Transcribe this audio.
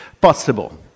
possible